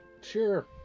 Sure